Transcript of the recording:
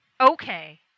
Okay